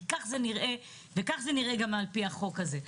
כי כך זה נראה, וכך זה נראה גם על פי החוק הזה.